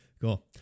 cool